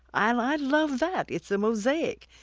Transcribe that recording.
i like love that. it's a mosaic.